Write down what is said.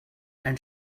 and